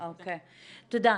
תודה.